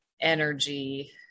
energy